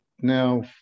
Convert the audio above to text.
Now